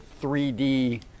3D